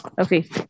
okay